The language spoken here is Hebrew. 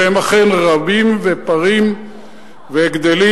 והם אכן רבים ופרים וגדלים,